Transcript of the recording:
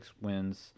wins